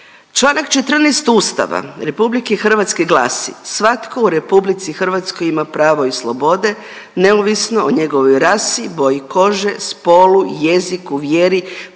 Čl. 14. Ustava RH glasi, svatko u RH ima pravo i slobode neovisno o njegovoj rasi, boji kože, spolu, jeziku, vjeri,